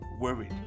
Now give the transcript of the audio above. worried